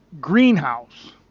greenhouse